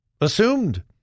assumed